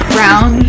Brown